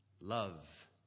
love